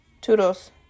toodles